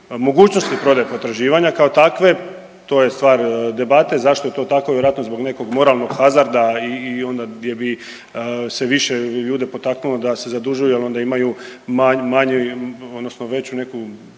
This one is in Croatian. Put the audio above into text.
mogućnosti prodaje potraživanja kao takve, to je stvar debate, zašto je to tako, vjerojatno zbog nekog moralnog hazarda i onda gdje bi se više ljude potaknulo da se zadužuju jel onda imaju manju